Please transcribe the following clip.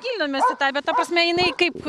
gilinomės į tą bet ta prasme jinai kaip